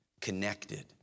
connected